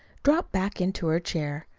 dropped back into her chair.